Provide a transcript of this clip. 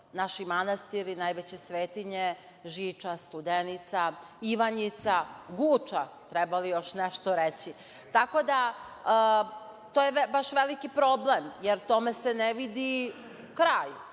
naši manastiri, najveće svetinje, Žiča, Studenica, Ivanjica, Guča. Treba li još nešto reći? Tako da je to veliki problem, i tome se ne vidi kraj,